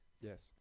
Yes